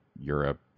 europe